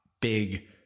big